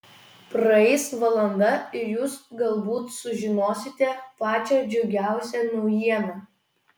praeis valanda ir jūs galbūt sužinosite pačią džiugiausią naujieną